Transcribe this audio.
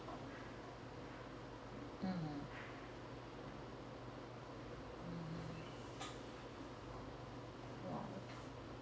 mm